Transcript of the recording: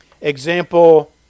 example